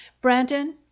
Brandon